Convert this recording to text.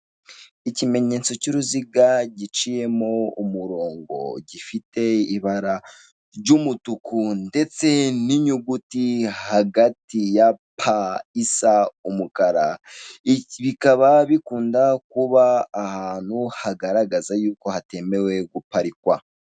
Ikimenyetso cy'uruziga giciyemo umurongo, gifite ibara ry'umutuku ndetse n'inyuguti hagati ya pa isa umukara. Bikaba bikunda kuba ahantu hagaragaza ko hatemewe guparikwa.